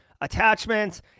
attachments